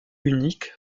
unique